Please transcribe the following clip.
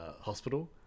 hospital